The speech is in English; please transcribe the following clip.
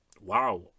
wow